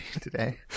today